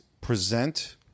present